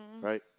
Right